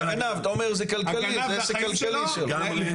הגנב אתה אומר זה כלכלי, זה עסק כלכלי שלו.